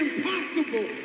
impossible